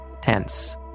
Tense